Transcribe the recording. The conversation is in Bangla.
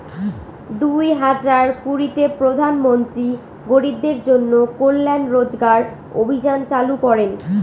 দুই হাজার কুড়িতে প্রধান মন্ত্রী গরিবদের জন্য কল্যান রোজগার অভিযান চালু করেন